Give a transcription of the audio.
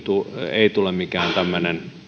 ei tule mikään tämmöinen